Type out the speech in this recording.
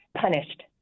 punished